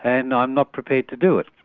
and i'm not prepared to do it.